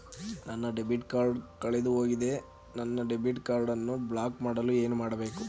ನನ್ನ debit card ಕಳೆದುಹೋಗಿದೆ ನನ್ನ ಡೆಬಿಟ್ ಕಾರ್ಡ್ ಅನ್ನು ಬ್ಲಾಕ್ ಮಾಡಲು ಏನು ಮಾಡಬೇಕು?